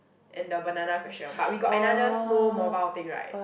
and the banana question but we got another snow mobile thing right